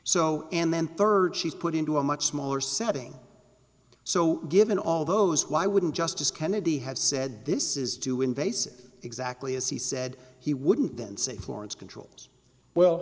so and then third she's put into a much smaller setting so given all those why wouldn't justice kennedy have said this is do invasive exactly as he said he wouldn't then say florence control's well